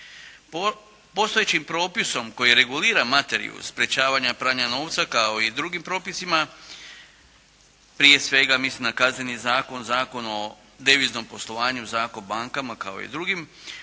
Postojećim propisom koji regulira materiju sprječavanja pranja novca kao i drugim propisima, prije svega mislim na Kazneni zakon, Zakon o deviznom poslovanju, Zakon o bankama kao i drugim.